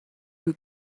who